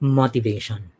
motivation